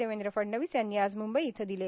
देवेंद्र फडणवीस यांनी आज म्रंबई इथं दिले